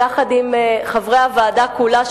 יחד עם חברי הוועדה כולה,